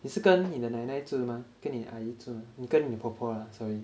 你是跟你的奶奶住的 mah 跟你阿姨住跟你婆婆 ah sorry